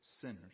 sinners